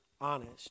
honest